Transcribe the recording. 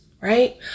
right